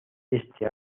este